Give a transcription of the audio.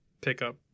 pickup